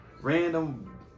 random